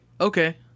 Okay